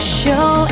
show